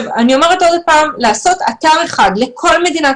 אני אומרת שוב שצריך לעשות אתר אחד לכל מדינת